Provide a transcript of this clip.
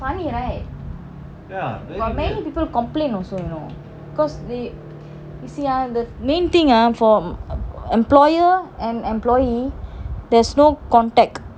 funny right got many people complain also you know cause they you see ah the main thing ah for employer and employee there's no contact